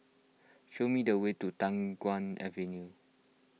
show me the way to Guan Avenue